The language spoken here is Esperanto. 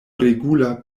regula